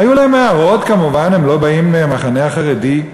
היו להם הערות, כמובן, הם לא באים מהמחנה החרדי,